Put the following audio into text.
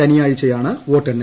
ശനിയാഴ്ചയാണ് വോട്ടെണ്ണൽ